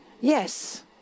Yes